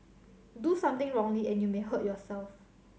do something wrongly and you may hurt yourself